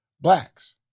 blacks